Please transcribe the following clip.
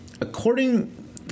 According